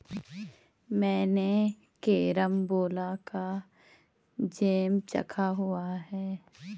मैंने कैरमबोला का जैम चखा हुआ है